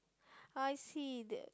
I see that